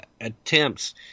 attempts